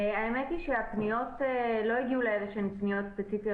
האמת היא שהפניות לא הגיעו לאיזה שהן פניות ספציפיות,